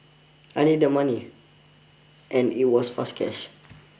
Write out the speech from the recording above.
I needed the money and it was fast cash